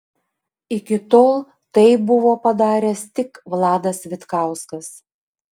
iki tol tai buvo padaręs tik vladas vitkauskas